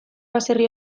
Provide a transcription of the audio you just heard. baserri